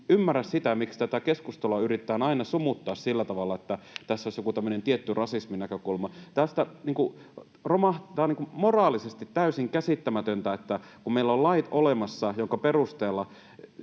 ymmärrä sitä, miksi tätä keskustelua yritetään aina sumuttaa sillä tavalla, että tässä olisi joku tämmöinen tietty rasisminäkökulma. Tämä on moraalisesti täysin käsittämätöntä, että kun meillä on olemassa lait, jotka perustuvat